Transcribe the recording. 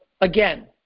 again